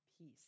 peace